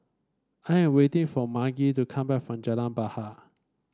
I am waiting for Margy to come back from Jalan Bahar